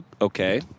Okay